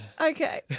Okay